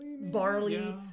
barley